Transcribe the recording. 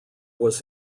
was